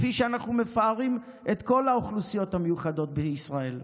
כפי שאנחנו מפארים את כל האוכלוסיות המיוחדות בישראל.